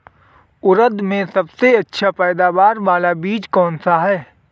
उड़द में सबसे अच्छा पैदावार वाला बीज कौन सा है?